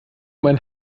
mein